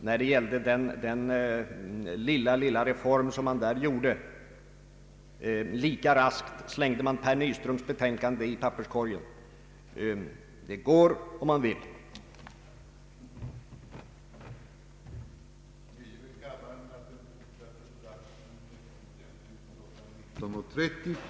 Men det var ju en mycket liten reform man då föreslog. Raskt slängde man Per Nyströms betänkande i papperskorgen. Det går om man vill, att strunta i viktiga utredningar!